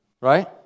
Right